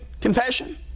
confession